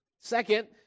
Second